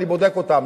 אני בודק אותם.